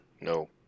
no